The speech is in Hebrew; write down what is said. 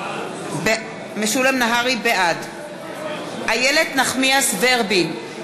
בעד איילת נחמיאס ורבין,